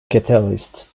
catalyst